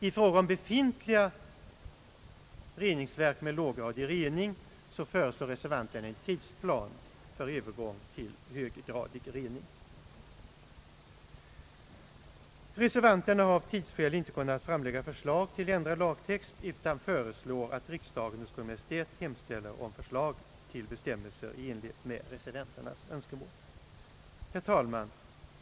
I fråga om befintliga reningsverk med låggradig rening föreslår reservanterna en tidsplan för övergång till höggradig rening. Reservanterna har av tidsskäl inte kunnat framlägga förslag till ändrad lagtext utan föreslår att riksdagen hos Kungl. Maj:t hemställer om förslag till bestämmelser i enlighet med reservanternas önskemål. Herr talman!